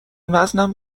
وزنم